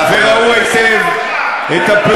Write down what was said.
אתה וראש הממשלה שלך.